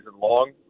long